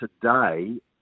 today